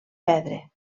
perdre